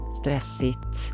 stressigt